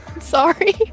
sorry